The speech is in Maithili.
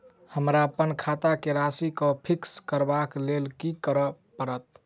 हमरा अप्पन खाता केँ राशि कऽ फिक्स करबाक लेल की करऽ पड़त?